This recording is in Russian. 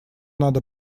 надо